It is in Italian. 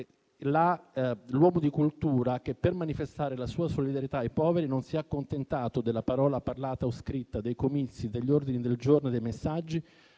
l'uomo di cultura che, per manifestare la sua solidarietà ai poveri, non si è accontentato della parola parlata o scritta, dei comizi, degli ordini del giorno e dei messaggi,